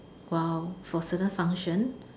!wow! for certain function